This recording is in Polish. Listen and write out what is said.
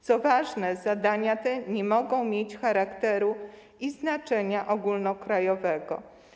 Co ważne, zadania te nie mogą mieć charakteru i znaczenia ogólnokrajowego.